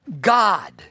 God